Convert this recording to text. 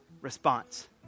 response